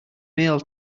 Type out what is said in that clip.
mail